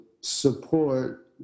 support